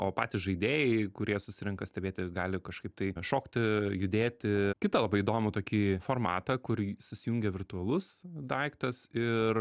o patys žaidėjai kurie susirenka stebėti gali kažkaip tai šokti judėti kitą labai įdomų tokį formatą kur susijungia virtualus daiktas ir